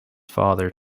father